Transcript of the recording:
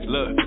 Look